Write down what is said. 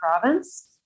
province